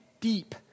deep